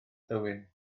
thywyn